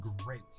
great